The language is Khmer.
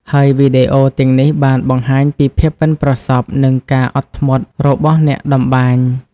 ហើយវីដេអូទាំងនេះបានបង្ហាញពីភាពប៉ិនប្រសប់ និងការអត់ធ្មត់របស់អ្នកត្បាញ។